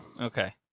Okay